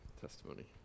testimony